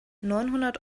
neunhundert